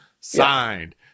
signed